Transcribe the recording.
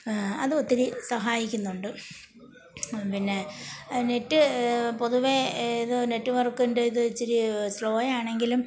അതു ഒത്തിരി സഹായിക്കുന്നുണ്ട് പിന്നെ നെറ്റ് പൊതുവേ ഇത് നെറ്റ്വർക്കിൻ്റെത് ഇച്ചിരി സ്ലോ ആണ് ആണെങ്കിലും